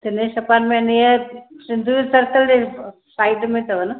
Ganesh apartment near Sindhu circle जे side में अथव न